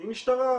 היא משטרה,